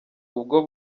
ubwo